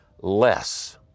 less